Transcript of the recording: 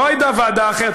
לא הייתה ועדה אחרת,